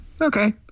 Okay